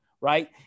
right